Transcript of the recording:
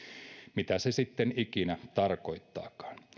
mitä se sitten ikinä tarkoittaakaan